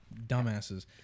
Dumbasses